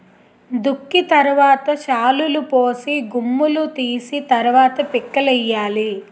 దుక్కి తరవాత శాలులుపోసి గుమ్ములూ తీసి తరవాత పిక్కలేయ్యాలి